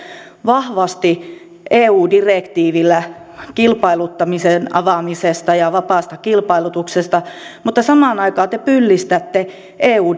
vahvasti eu direktiivillä kilpailuttamisen avaamista ja vapaata kilpailutusta mutta samaan aikaan te pyllistätte eu